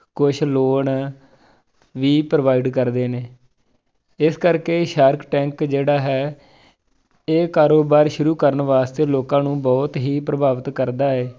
ਕੁਛ ਲੋਨ ਵੀ ਪ੍ਰੋਵਾਈਡ ਕਰਦੇ ਨੇ ਇਸ ਕਰਕੇ ਸ਼ਾਰਕ ਟੈਂਕ ਜਿਹੜਾ ਹੈ ਇਹ ਕਾਰੋਬਾਰ ਸ਼ੁਰੂ ਕਰਨ ਵਾਸਤੇ ਲੋਕਾਂ ਨੂੰ ਬਹੁਤ ਹੀ ਪ੍ਰਭਾਵਿਤ ਕਰਦਾ ਹੈ